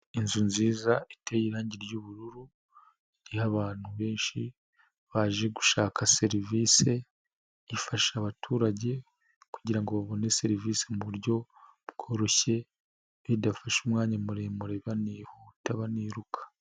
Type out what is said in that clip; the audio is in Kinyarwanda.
Inzu nziza iteye irangi ry'ubururu iriho abantu benshi baje gushaka serivisi, ifasha abaturage kugira ngo babone serivisi mu buryo bworoshye, bidafashe umwanya muremure banihuta baniruka.